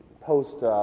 post